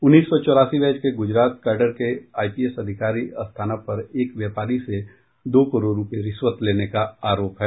उन्नीस सौ चौरासी बैच के गुजरात काडर के आईपीएस अधिकारी अस्थाना पर एक व्यापारी से दो करोड़ रुपए रिश्वत लेने का आरोप है